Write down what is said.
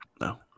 No